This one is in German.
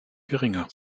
geringer